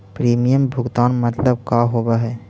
Premium भुगतान मतलब का होव हइ?